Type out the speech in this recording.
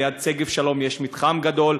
ליד שגב-שלום יש מתחם גדול,